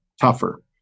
tougher